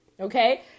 Okay